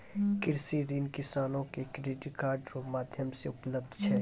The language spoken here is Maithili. कृषि ऋण किसानो के क्रेडिट कार्ड रो माध्यम से उपलब्ध छै